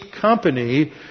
company